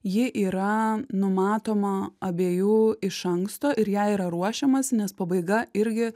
ji yra numatoma abiejų iš anksto ir jai yra ruošiamasi nes pabaiga irgi